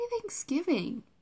Thanksgiving